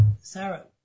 Sarah